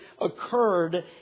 occurred